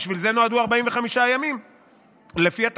בשביל זה נועדו 45 ימים לפי התקנון.